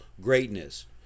greatness